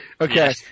Okay